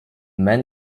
men